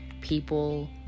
People